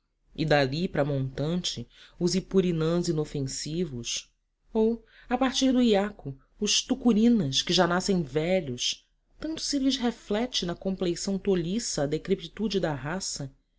e dali para montante os ipurinãs inofensivos ou a partir do iaco os tucurinas que já nascem velhos tanto se lhes reflete na compleição tolhiça a decrepitude da raça